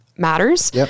matters